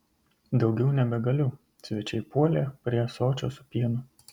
daugiau nebegaliu svečiai puolė prie ąsočio su pienu